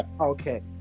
okay